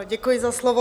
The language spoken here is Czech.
Děkuji za slovo.